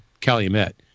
Calumet